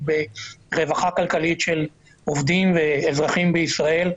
ברווחה כלכלית של עובדים ואזרחים בישראל,